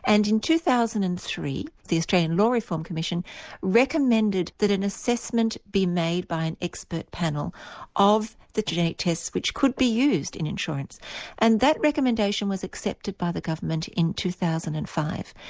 and in two thousand and three the australian law reform commission recommended that an assessment be made by an expert panel of the genetic tests which could be used in insurance and that recommendation was accepted by the government in two thousand and five.